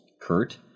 Kurt